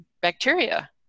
bacteria